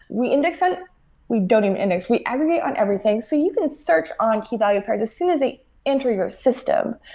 we index ah we don't even index. we aggregate on everything so you can search on key-value pairs as soon as they enter your system.